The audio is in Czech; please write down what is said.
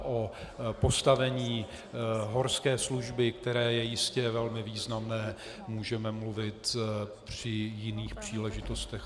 O postavení horské služby, které je jistě velmi významné, můžeme mluvit při jiných příležitostech.